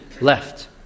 left